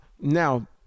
now